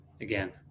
Again